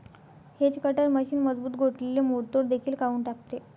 hedge cutter machine मजबूत गोठलेले मोडतोड देखील काढून टाकते